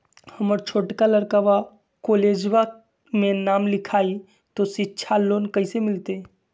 हमर छोटका लड़कवा कोलेजवा मे नाम लिखाई, तो सिच्छा लोन कैसे मिलते?